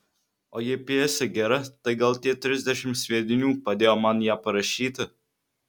o jei pjesė gera tai gal tie trisdešimt sviedinių padėjo man ją parašyti